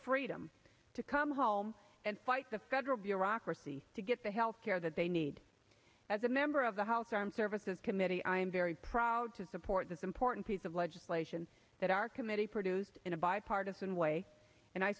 freedom to come home and fight the federal bureaucracy to get the health care that they need as a member of the house armed services committee i am very proud to support this important piece of legislation that our committee produced in a bipartisan way and i